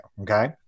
Okay